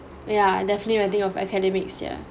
yeah definitely when I think of academics ya